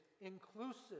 inclusive